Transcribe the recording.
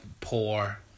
poor